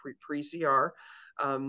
pre-CR